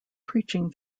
preaching